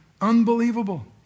Unbelievable